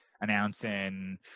announcing